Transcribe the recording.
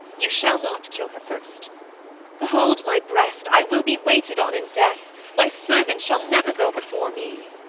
you shall not kill her first behold my breast i will be waited on in death my servant shall never go before me.